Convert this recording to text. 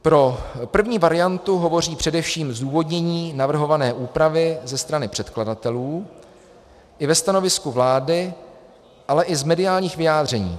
Pro první variantu hovoří především zdůvodnění navrhované úpravy ze strany předkladatelů, i ve stanovisku vlády, ale i z mediálních vyjádření.